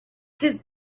his